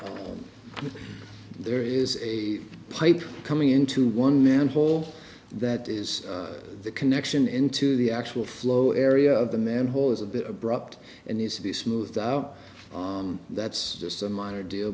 but there is a pipe coming into one manhole that is the connection into the actual flow area of the manhole is a bit abrupt and needs to be smoothed out that's just a minor deal